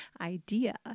idea